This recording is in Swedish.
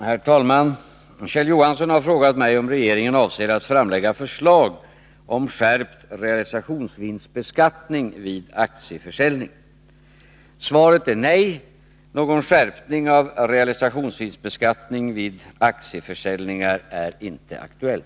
Herr talman! Kjell Johansson har frågat mig om regeringen avser att framlägga förslag om skärpt realisationsvinstbeskattning vid aktieförsäljning. Svaret är nej. Någon skärpning av realisationsvinstbeskattningen vid aktieförsäljningar är inte aktuell.